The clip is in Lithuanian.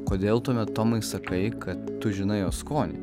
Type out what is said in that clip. kodėl tuomet tomai sakai kad tu žinai jo skonį